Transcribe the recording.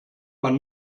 man